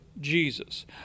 Jesus